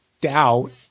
doubt